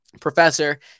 Professor